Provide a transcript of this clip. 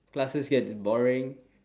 classes get boring